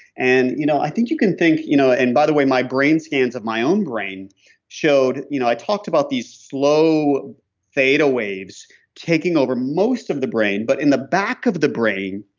and you know i think you can think, you know and by the way my brain scans of my own brain showed. you know i talked about these slow fade waves taking over most of the brain, but in the back of the brain,